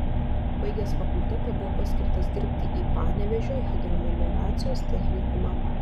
baigęs fakultetą buvo paskirtas dirbti į panevėžio hidromelioracijos technikumą